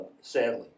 sadly